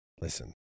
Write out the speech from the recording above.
listen